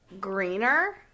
greener